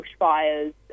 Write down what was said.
bushfires